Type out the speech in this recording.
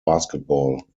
basketball